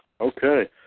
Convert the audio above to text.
okay